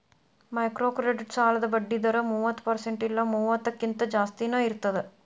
microcredit ಸಾಲದ್ ಬಡ್ಡಿ ದರ ಮೂವತ್ತ ಪರ್ಸೆಂಟ್ ಇಲ್ಲಾ ಮೂವತ್ತಕ್ಕಿಂತ ಜಾಸ್ತಿನಾ ಇರ್ತದ